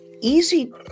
easy